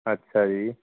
ਅੱਛਾ ਜੀ